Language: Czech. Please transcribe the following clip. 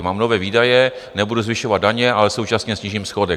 Mám nové výdaje, nebudu zvyšovat daně, ale současně snížím schodek.